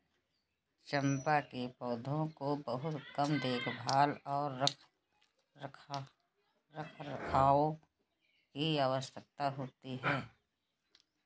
चम्पा के पौधों को बहुत कम देखभाल और रखरखाव की आवश्यकता होती है